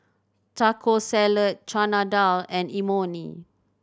Taco Salad Chana Dal and Imoni